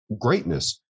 greatness